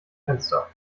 fenster